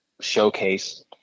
Showcase